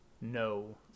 No